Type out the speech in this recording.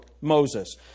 Moses